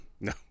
No